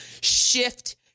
shift